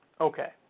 Okay